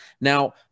Now